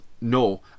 No